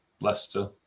Leicester